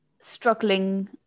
struggling